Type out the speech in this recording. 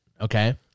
Okay